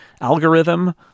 algorithm